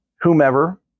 whomever